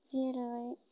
जेरै